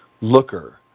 Looker